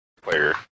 player